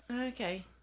okay